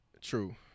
true